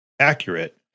accurate